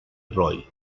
roy